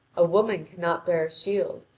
a woman cannot bear a shield,